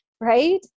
Right